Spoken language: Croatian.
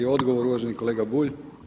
Odgovor uvaženi kolega Bulj.